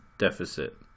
Deficit